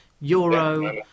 Euro